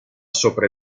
sopra